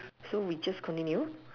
so we just continue